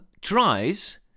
tries